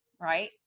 right